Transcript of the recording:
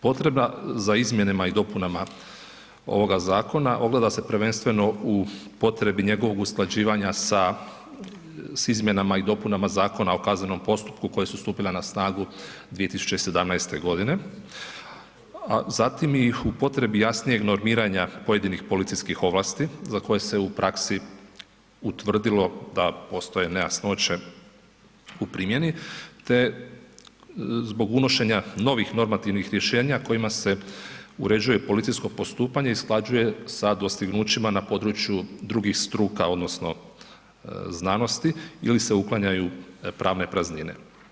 Potreba za izmjenama i dopunama ovoga zakona ogleda se prvenstveno u potrebi njegovog usklađivanja s izmjenama i dopunama Zakona o kaznenom postupku koje su stupile na snagu 2017.g., a zatim ih u potrebi jasnijeg normiranja pojedinih policijskih ovlasti za koje se u praksi utvrdilo da postoje nejasnoće u primjeni, te zbog unošenja novih normativnih rješenja kojima se uređuje policijsko postupanje i usklađuje sa dostignućima na području drugih struka odnosno znanosti ili se uklanjaju pravne praznine.